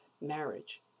marriage